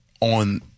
on